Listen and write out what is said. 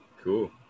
Cool